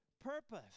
purpose